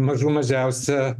mažų mažiausia